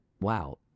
wow